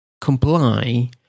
comply